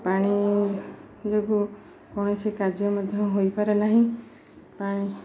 ପାଣି ଯୋଗୁଁ କୌଣସି କାର୍ଯ୍ୟ ମଧ୍ୟ ହୋଇପାରେ ନାହିଁ ପାଣି